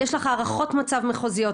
יש לך הערכות מצב מחוזיות,